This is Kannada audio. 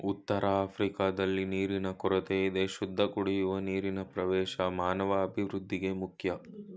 ಉತ್ತರಆಫ್ರಿಕಾದಲ್ಲಿ ನೀರಿನ ಕೊರತೆಯಿದೆ ಶುದ್ಧಕುಡಿಯುವ ನೀರಿನಪ್ರವೇಶ ಮಾನವಅಭಿವೃದ್ಧಿಗೆ ಮುಖ್ಯ